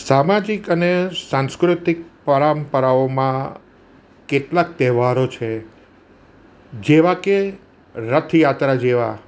સામાજિક અને સાંસ્કૃતિક પરંપરાઓમાં કેટલાક તહેવારો છે જેવા કે રથયાત્રા જેવા